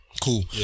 Cool